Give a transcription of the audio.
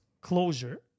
closure